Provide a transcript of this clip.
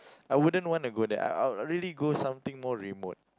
I wouldn't want to go there I I'd really go something more remote